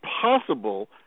possible